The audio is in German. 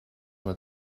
mal